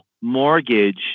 mortgage